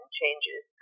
changes